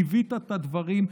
ליווית את הדברים,